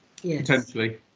Potentially